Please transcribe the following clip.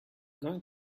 going